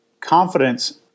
confidence